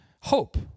Hope